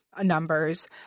numbers